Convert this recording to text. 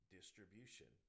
distribution